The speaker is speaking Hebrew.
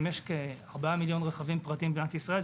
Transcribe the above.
אם יש 4 מיליון רכבים פרטיים במדינת ישראל,